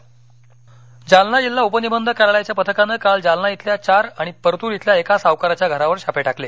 छापा जालना जालना जिल्हा उपनिबंधक कार्यालयाच्या पथकानं काल जालना इथल्या चार आणि परतूर इथल्या एका सावकाराच्या घरावर छापे टाकले